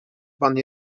pan